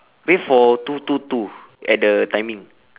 wait for two two two at the timing